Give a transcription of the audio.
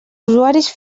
usuaris